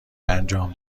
انجام